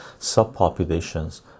Subpopulations